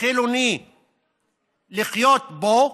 חילוני לחיות בו